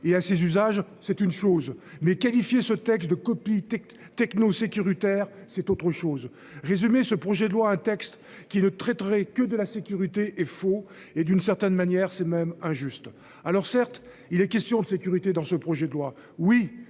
et à ses usages, c'est une chose mais qualifié ce texte de copies techno sécuritaire, c'est autre chose. Résumé ce projet de loi, un texte qui ne traiterait que de la sécurité et faux et d'une certaine manière c'est même injuste. Alors certes, il est question de sécurité dans ce projet de loi.